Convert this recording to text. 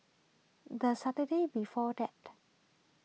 the Saturday before that